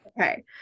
Okay